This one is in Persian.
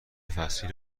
فصلی